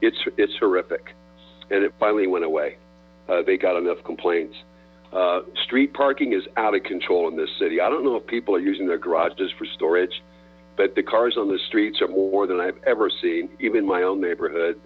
it's it's horrific and it finally went away they got enough complaints street parking is out of control in this city i don't know if people are using their garages for strage but the cars on the streets are more than i've ever seen even my own neighborhood